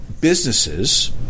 businesses